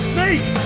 Snake